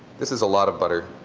this is a lot of butter.